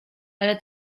ale